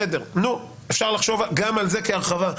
בסדר, נו, אפשר לחשוב גם על זה כהרחבה.